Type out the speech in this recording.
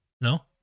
No